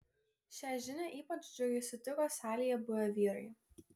šią žinią ypač džiugiai sutiko salėje buvę vyrai